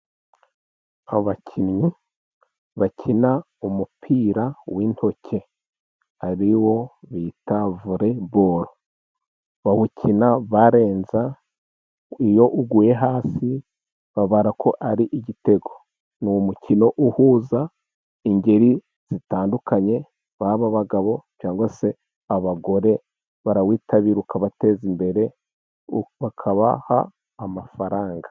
Abakinnyi bakina umupira w'intoke ari wo bita Voreboro, bawukina barenza, iyo uguye hasi babara ko ari igitego. Ni umukino uhuza ingeri zitandukanye, baba abagabo cyangwa se abagore barawitabira ukabateza imbere, ukabaha amafaranga.